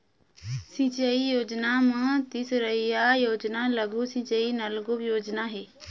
सिंचई योजना म तीसरइया योजना लघु सिंचई नलकुप योजना हे